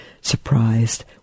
surprised